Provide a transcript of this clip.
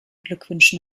glückwünschen